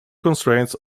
constraints